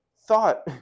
thought